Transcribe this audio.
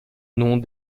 noms